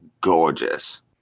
gorgeous